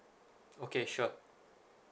okay sure